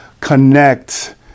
connect